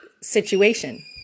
situation